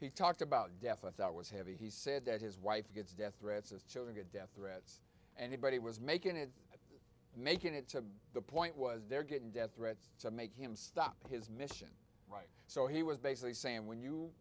he talked about death i thought it was heavy he said that his wife gets death threats as children get death threats anybody was making it and making it to the point was they're getting death threats to make him stop his mission right so he was basically saying when you